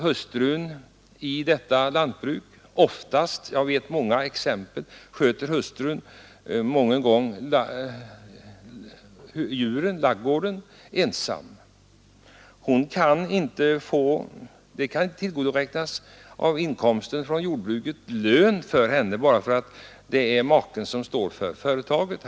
Jag känner många lantbrukarfamiljer där hustrun sköter djuren ensam. Men hon kan inte tillgodoräkna sig lön av inkomsten från jordbruket därför att maken står för företaget.